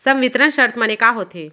संवितरण शर्त माने का होथे?